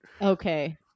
Okay